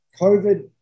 COVID